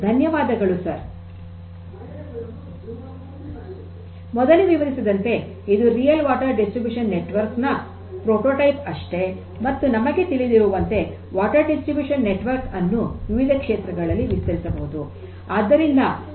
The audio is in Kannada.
ಧನ್ಯವಾದಗಳು ಸರ್ ಮೊದಲೇ ವಿವರಿಸಿದಂತೆ ಇದು ನೈಜ ನೀರಿನ ವಿತರಣೆಯ ನೆಟ್ವರ್ಕ್ ನ ಪ್ರೊಟೋಟೈಪ್ ಅಷ್ಟೇ ಮತ್ತು ನಮಗೆ ತಿಳಿದಿರುವಂತೆ ನೀರಿನ ವಿತರಣೆಯ ನೆಟ್ವರ್ಕ್ ಅನ್ನು ವಿವಿಧ ಕ್ಷೇತ್ರಗಳಲ್ಲಿ ವಿಸ್ತರಿಸಬಹುದು